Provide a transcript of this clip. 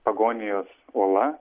pagonijos uola